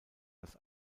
das